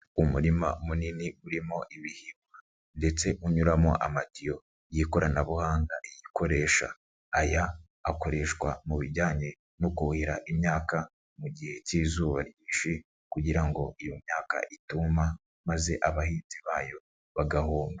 Umurima munini urimo ibihigwa ndetse unyuramo amatiyo y'ikoranabuhanga yikoresha, aya akoreshwa mu bijyanye no kuhira imyaka mu gihe k'izuba ryinshi kugira ngo iyo myaka ituma maze abahinzi bayo bagahumba.